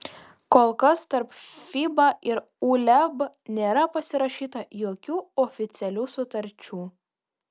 kol kas tarp fiba ir uleb nėra pasirašyta jokių oficialių sutarčių